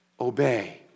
obey